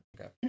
Okay